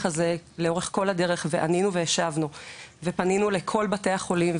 הזה לאורך כל הדרך וענינו וישבנו ופנינו לכל בתי החולים,